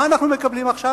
מה אנחנו מקבלים עכשיו?